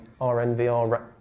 RNVR